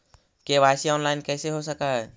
KYC online कैसे हो सक है?